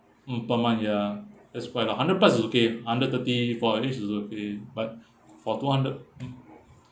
mm per month ya that's why lah hundred plus is okay a hundred thirty for at least is okay but for two hundred mm